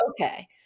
okay